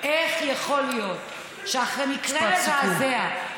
איך יכול להיות שאחרי מקרה מזעזע, משפט סיכום.